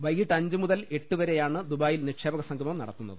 വൈകീട്ട് അഞ്ച് മുതൽ എട്ട് വരെയാണ് ദുബായിയിൽ നിക്ഷേപക സംഗമം നടത്തുന്നത്